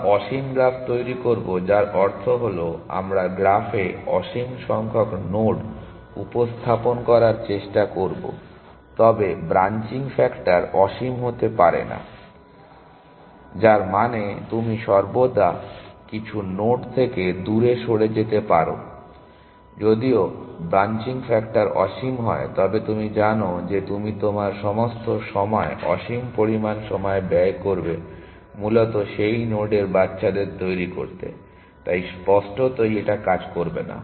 আমরা অসীম গ্রাফ তৈরী করবো যার অর্থ হল আমরা গ্রাফে অসীম সংখ্যক নোড উপস্থাপন করার চেষ্টা করবো তবে ব্রাঞ্চিং ফ্যাক্টর অসীম হতে পারে না যার মানে তুমি সর্বদা কিছু নোড থেকে দূরে সরে যেতে পারো যদি ব্রাঞ্চিং ফ্যাক্টর অসীম হয় তবে তুমি জানো যে তুমি তোমার সমস্ত সময় অসীম পরিমাণ সময় ব্যয় করবে মূলত সেই নোডের বাচ্চাদের তৈরি করতে তাই স্পষ্টতই এটা কাজ করবে না